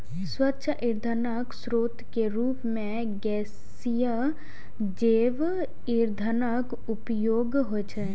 स्वच्छ ईंधनक स्रोत के रूप मे गैसीय जैव ईंधनक उपयोग होइ छै